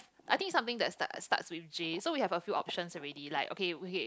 I think something that start starts with J so we have a few options already like okay okay